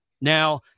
Now